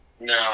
No